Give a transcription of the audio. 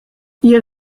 ihr